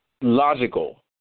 logical